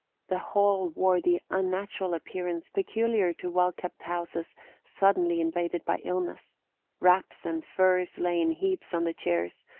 the hall wore the unnatural appearance peculiar to well-kept houses suddenly invaded by illness wraps and furs lay in heaps on the chairs,